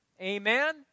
Amen